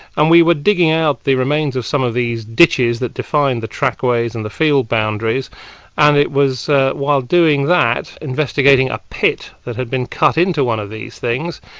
and we were digging out the remains of some of these ditches that defined the trackways and the field boundaries and it was while doing that investigating a pit that had been cut in to one of these things,